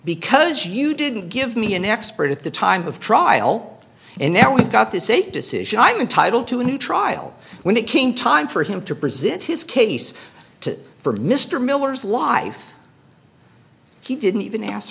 because you didn't give me an expert at the time of trial and now i've got this a decision i'm entitled to a new trial when it came time for him to present his case to for mr miller's life he didn't even ask